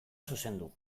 zuzendu